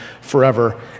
forever